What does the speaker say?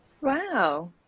Wow